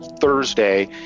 Thursday